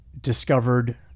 discovered